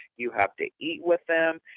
you have to eat with them.